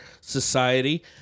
society